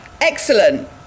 Excellent